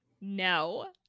No